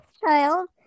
child